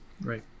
Right